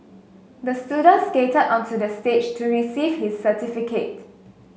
the student skated onto the stage to receive his certificate